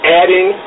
adding